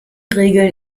regeln